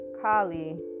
Kali